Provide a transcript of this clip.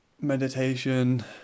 meditation